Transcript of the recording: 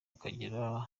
akagira